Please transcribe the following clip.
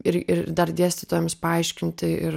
ir ir dar dėstytojams paaiškinti ir